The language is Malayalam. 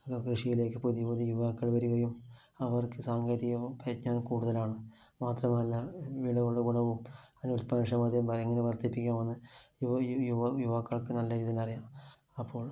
അത് കൃഷിയിലേക്ക് പുതിയ പുതിയ യുവാക്കൾ വരികയും അവർക്ക് സാങ്കേതിക പരിജ്ഞാനം കൂടുതലാണ് മാത്രമല്ല ഗുണവും ഉല്പാദന ക്ഷമതയും എങ്ങനെ വർദ്ധിപ്പിക്കാമെന്നു യുവതി യുവാക്കൾക്ക് നല്ല രീതിയിൽ അറിയാം അപ്പോൾ